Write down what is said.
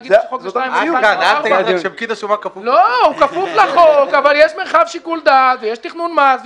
הוא כפוף לחוק אבל יש מרחב שיקול דעת ויש תכנון מס,